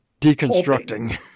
deconstructing